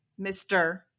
Mr